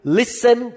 listen